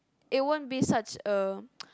it won't be such a